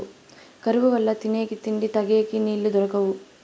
కరువు వల్ల తినేకి తిండి, తగేకి నీళ్ళు దొరకవు